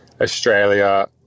Australia